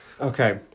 Okay